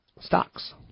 Stocks